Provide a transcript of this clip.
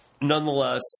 nonetheless